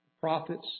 prophets